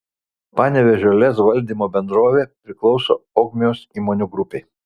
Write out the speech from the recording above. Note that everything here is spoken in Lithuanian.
panevėžio lez valdymo bendrovė priklauso ogmios įmonių grupei